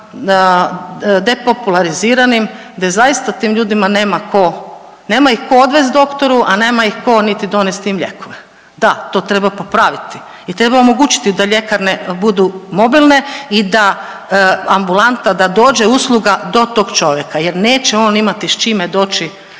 de populariziranim gdje zaista tim ljudima nema ko, nema ih ko odvest doktoru, a nema im ko niti donesti lijekove. Da, to treba popraviti i treba omogućiti da ljekarne budu mobilne i da ambulanta da dođe usluga do tog čovjeka jer neće on imati s čime doći